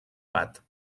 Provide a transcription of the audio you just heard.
bat